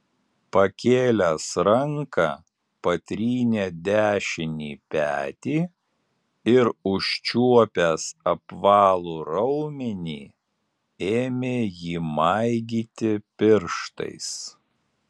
pakėlęs ranką patrynė dešinį petį ir užčiuopęs apvalų raumenį ėmė jį maigyti pirštais